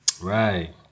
Right